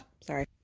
sorry